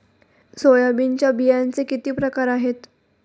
सोयाबीनच्या बियांचे किती प्रकार आहेत?